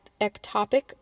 ectopic